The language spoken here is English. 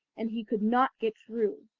and he could not get through.